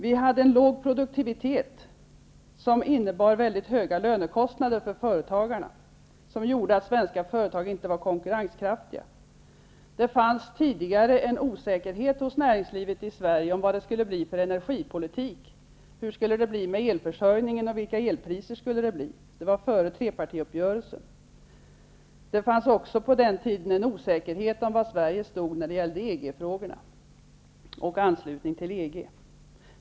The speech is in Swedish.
Vi hade en låg produktivitet, vilket innebar mycket höga lönekostnader för företagarna. Detta medförde att svenska företag inte var konkurrenskraftiga. Det fanns tidigare en osäkerhet hos näringslivet i Sverige om vilken energipolitik som skulle komma att föras. Hur skulle det bli med elförsörjningen och vad skulle det bli för elpriser? Det var före trepartiuppgörelsen. På den tiden fanns också en osäkerhet om var Sverige stod i EG-frågan och frågan om anslutning till EG.